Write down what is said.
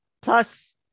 Plus